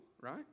right